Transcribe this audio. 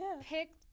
picked